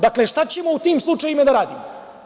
Dakle, šta ćemo u tim slučajevima da radimo?